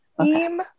Team